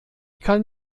kann